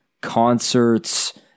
concerts